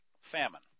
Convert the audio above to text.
famine